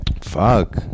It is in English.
fuck